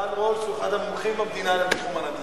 ערן רולס הוא אחד המומחים במדינה בתחום הנדל"ן.